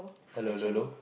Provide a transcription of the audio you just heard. hello ~llo ~llo